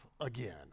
again